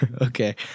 Okay